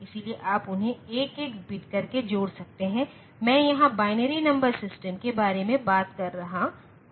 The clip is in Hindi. इसलिए आप उन्हें एक एक बिट करके जोड़ सकते हैं मैं यहां बाइनरी नंबर सिस्टम के बारे में बात कर रहा हूं